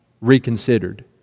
reconsidered